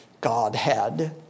Godhead